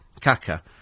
KAKA